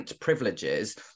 privileges